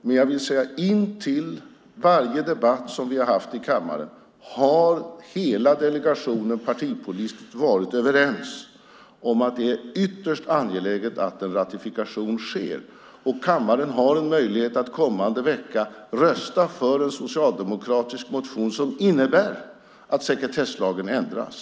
Men jag vill säga att hela delegationen partipolitiskt intill varje debatt vi har haft i kammaren har varit överens om att det är ytterst angeläget att en ratifikation sker. Kammaren har också möjlighet att kommande vecka rösta för en socialdemokratisk motion som innebär att sekretesslagen ändras.